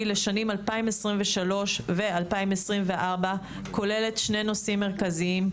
לשנים 2023 ו-2024 כוללת שני נושאים מרכזיים: